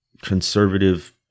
conservative